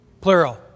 plural